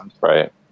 right